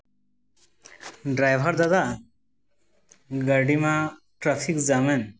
driver ᱫᱟᱫᱟ ᱜᱟᱹᱰᱤ ᱢᱟ ᱴᱨᱟᱯᱷᱤᱠ ᱡᱟᱢᱮᱱ